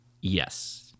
Yes